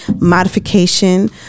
modification